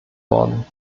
worden